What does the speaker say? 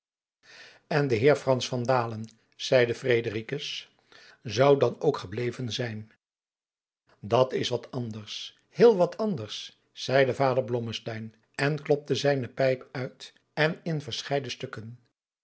dalen zeide fredericus zou dan ook nog gebleven zijn dat is wat anders heel wat anders zeide vader blommesteyn en klopte zijne pijp uit en in verscheiden stukken